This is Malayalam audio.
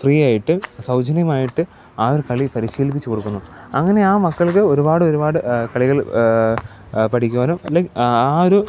ഫ്രീ ആയിട്ട് സൗജന്യമായിട്ട് ആ ഒരു കളി പരിശീലിപ്പിച്ച് കൊടുക്കുന്നു അങ്ങനെ ആ മക്കൾക്ക് ഒരുപാടൊരുപാട് കളികൾ പഠിക്കുവാനും അല്ലെൽ ആ ഒരു